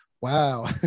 wow